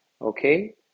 Okay